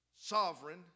sovereign